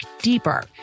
deeper